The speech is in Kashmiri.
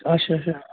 اچھا اچھا